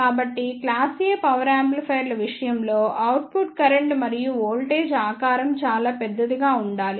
కాబట్టి class A power యాంప్లిఫైయర్ల విషయంలో అవుట్పుట్ కరెంట్ మరియు వోల్టేజ్ ఆకారం చాలా పెద్దదిగా ఉండాలి